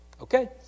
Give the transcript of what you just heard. okay